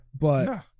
but-